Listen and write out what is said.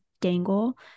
dangle